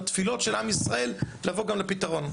עם התפילות של עם ישראל נבוא גם לפתרון.